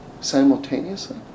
simultaneously